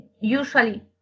usually